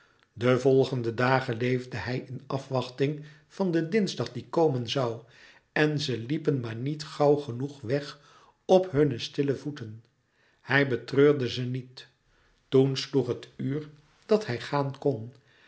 de volgende dagen leefde hij in afwachting van den dinsdag die komen zoû en ze liepen maar niet gauw genoeg weg op hunne stille voeten hij betreurde ze niet toen sloeg het uur dat hij gaan kon